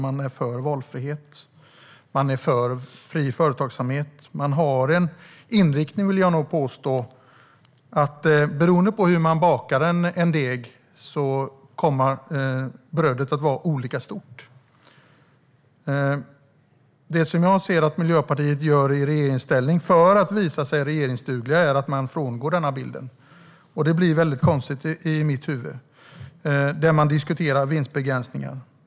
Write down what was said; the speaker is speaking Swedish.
Man är för fri företagsamhet, och jag vill nog påstå att man har inriktningen att beroende på hur man bakar en deg kommer brödet att vara olika stort. Det jag ser att Miljöpartiet gör i regeringsställning för att visa sig regeringsdugligt är att man frångår denna bild. Det blir konstigt i mitt huvud. Man diskuterar vinstbegränsningen.